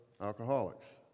Alcoholics